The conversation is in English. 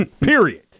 Period